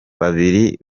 babiri